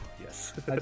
Yes